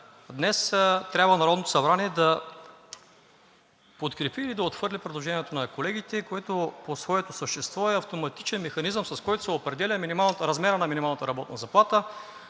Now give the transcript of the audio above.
днес трябва Народното събрание да подкрепи или да отхвърли предложението на колегите, което по своето същество е автоматичен механизъм, с който се определя размерът на минималната работна заплата.